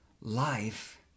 life